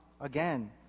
Again